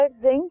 zinc